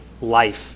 life